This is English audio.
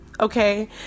Okay